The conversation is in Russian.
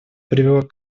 привела